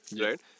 right